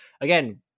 again